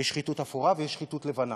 יש שחיתות אפורה, ויש שחיתות לבנה,